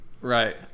right